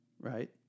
right